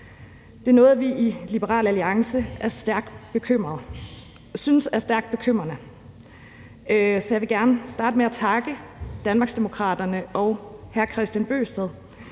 Det er noget, vi i Liberal Alliance synes er stærkt bekymrende. Så jeg vil gerne starte med at takke Danmarksdemokraterne og hr. Kristian Bøgsted